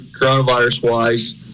coronavirus-wise